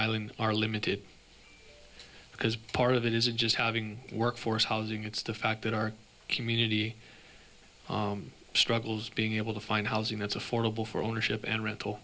island are limited because part of it isn't just having workforce housing it's the fact that our community struggles being able to find housing that's affordable for ownership and rental